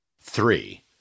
Three